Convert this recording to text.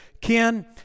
Ken